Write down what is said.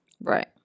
right